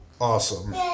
Awesome